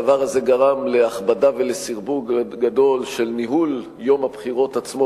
הדבר הזה גרם להכבדה ולסרבול גדול בניהול יום הבחירות עצמו,